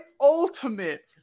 ultimate